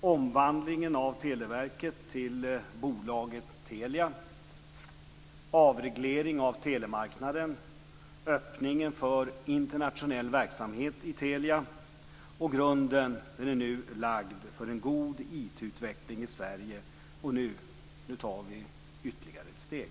omvandlingen av Televerket till bolaget Telia, avregleringen av telemarknaden, öppningen för internationell verksamhet i Telia. Grunden är nu lagd för en god IT-utveckling i Sverige. Nu tar vi ytterligare ett steg.